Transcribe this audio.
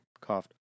coughed